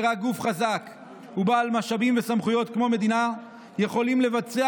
ורק גוף חזק ובעל משאבים וסמכויות כמו המדינה יכולים לבצע